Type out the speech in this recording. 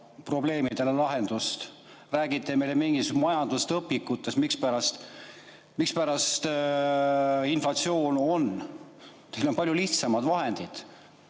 probleemidele lahendust. Räägite meile mingisugustest majandusõpikutest, mispärast inflatsioon on. Teil on palju lihtsamad vahendid.